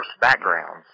backgrounds